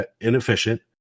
inefficient